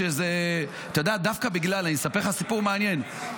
אני אספר לך סיפור מעניין.